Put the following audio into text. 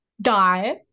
Die